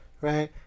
Right